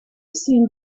seem